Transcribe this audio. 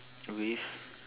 with